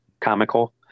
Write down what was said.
comical